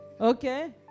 Okay